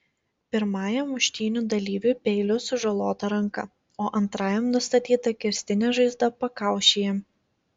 pirmajam muštynių dalyviui peiliu sužalota ranka o antrajam nustatyta kirstinė žaizda pakaušyje